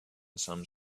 some